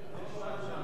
למה אתה